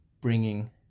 bringing